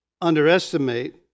underestimate